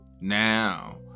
Now